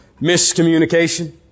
miscommunication